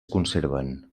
conserven